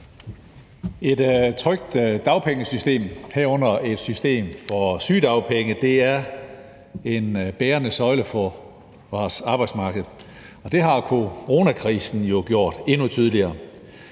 for sygedagpenge, er en bærende søjle for arbejdsmarkedet, og det har coronakrisen gjort endnu tydeligere.